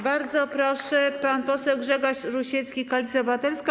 Bardzo proszę, pan poseł Grzegorz Rusiecki, Koalicja Obywatelska.